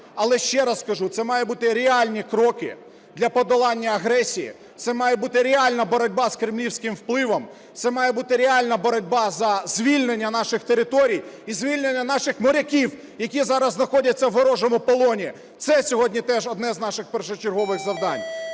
Але ще раз кажу, це мають бути реальні кроки для подолання агресії, це має бути реальна боротьба з кремлівським впливом, це має бути реальна боротьба за звільнення наших територій і звільнення наших моряків, які зараз знаходяться в ворожому полоні. Це сьогодні теж одне з наших першочергових завдань,